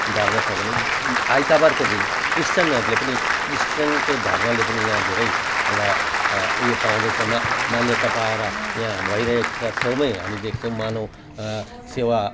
धर्म छ भने आइतबारको दिन क्रिस्चियनहरूले पनि क्रिस्चियन त्यो धर्मले पनि यहाँ धेरै एउटा उयो पाउँदैछ मा मान्यता पाएर यहाँ भइरहेको छ छेउमै हामी देख्छौँ मानव सेवा